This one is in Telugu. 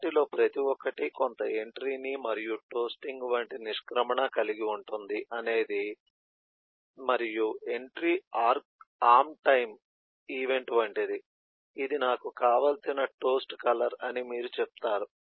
వాటిలో ప్రతి ఒక్కటి కొంత ఎంట్రీని మరియు టోస్టింగ్ వంటి నిష్క్రమణ కలిగి ఉంటుంది అనేది మరియు ఎంట్రీ ఆర్మ్ టైమ్ ఈవెంట్ వంటిది ఇది నాకు కావలసిన టోస్ట్ కలర్ అని మీరు చెప్తారు